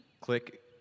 click